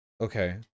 Okay